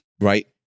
Right